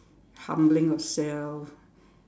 humbling yourself